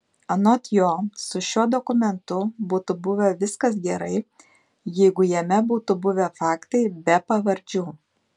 anot jo su šiuo dokumentu būtų buvę viskas gerai jeigu jame būtų buvę faktai be pavardžių